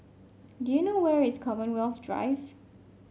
do you know where is Commonwealth Drive